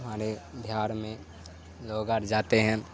ہمارے بہار میں لوگ آٹ جاتے ہیں